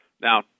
Now